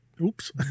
Oops